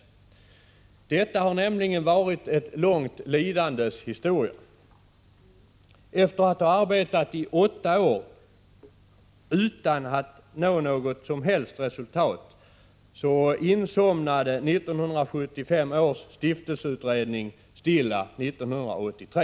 Detta har nämligen varit ett långt lidandes historia. Efter att ha arbetat i åtta år utan att nå något som helst resultat insomnade 1975 års stiftelseutredning stilla 1983.